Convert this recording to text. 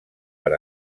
per